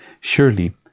Surely